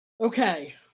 Okay